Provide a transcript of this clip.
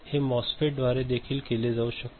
हे मॉस्फेटद्वारे देखील केले जाऊ शकते